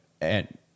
And-